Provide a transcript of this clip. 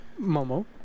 Momo